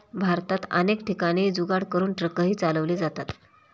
भारतात अनेक ठिकाणी जुगाड करून ट्रकही चालवले जातात